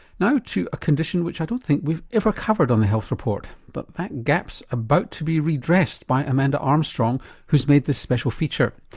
to a condition which i don't think we've ever covered on the health report but that gap's about to be redressed by amanda armstrong who's made this special feature.